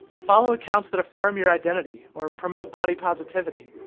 follow accounts that affirm your identity or promote body positivity.